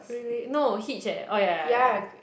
really no hitch eh oh ya ya ya